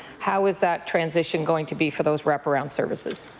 how is that transition going to be for those wraparound services?